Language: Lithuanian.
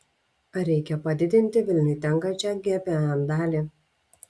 ar reikia padidinti vilniui tenkančią gpm dalį